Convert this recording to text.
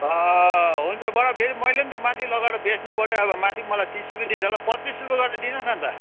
अँ हुन्छ बडा फेरि मैले पनि त माथि लगेर बेच्नु पऱ्यो अब माथि पनि मलाई तिस रुपियाँ दिन्छ होला पचिस रुपियाँ गरेर दिनुहोस् न अन्त